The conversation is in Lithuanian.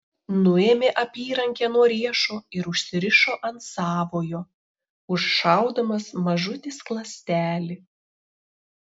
nuėmė apyrankę nuo riešo ir užsirišo ant savojo užšaudamas mažutį skląstelį